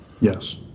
Yes